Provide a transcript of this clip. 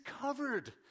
covered